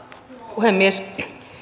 puhemies